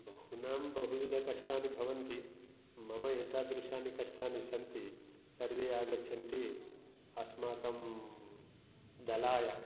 बहूनां बहुविधकष्टानि भवन्ति मम एतादृशानि कष्टानि सन्ति सर्वे आगच्छन्ति अस्माकं दलाय